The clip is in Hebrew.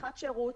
שיחת שירות.